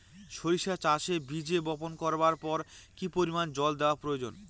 সরিষা চাষে বীজ বপন করবার পর কি পরিমাণ জল দেওয়া প্রয়োজন?